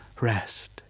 Rest